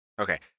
Okay